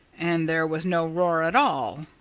and there was no roar at all.